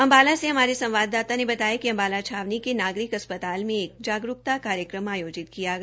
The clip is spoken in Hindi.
अंबाला से हमारे संवाददाता ने बताया कि अंबाला छावनी के नागरिक अस्पताल में एक जागरूकता कार्यक्रम आयोजित किया गया